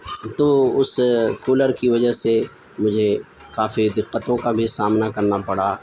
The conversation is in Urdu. تو اس کولر کی وجہ سے مجھے کافی دقتوں کا بھی سامنا کرنا پڑا